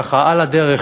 ככה על הדרך,